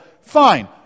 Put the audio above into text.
fine